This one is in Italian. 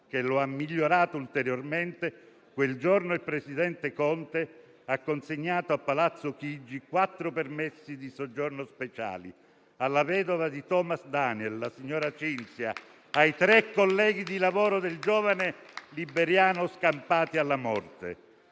deputati, migliorando ulteriormente il testo), ha consegnato a Palazzo Chigi 4 permessi di soggiorno speciali: alla vedova di Thomas Daniel, la signora Cinzia, e ai tre colleghi di lavoro del giovane liberiano scampati alla morte.